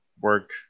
work